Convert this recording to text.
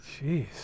Jeez